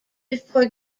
before